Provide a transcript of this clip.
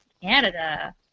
Canada